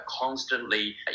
constantly